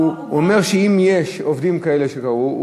הוא אומר שאם יש מקרים כאלה שקרו,